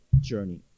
Journey